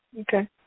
Okay